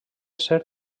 ser